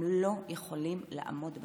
הם לא יכולים לעמוד בתחרות.